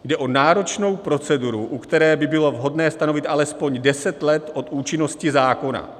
Jde o náročnou proceduru, u které by bylo vhodné stanovit alespoň deset let od účinnosti zákona.